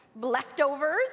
leftovers